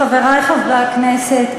חברי חברי הכנסת,